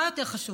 מה יותר חשוב,